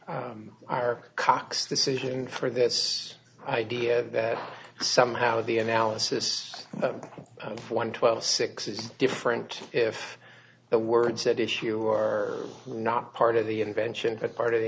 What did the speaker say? our cocks decision for this idea that somehow the analysis of one twelve six is different if the words that issue are not part of the invention a part of the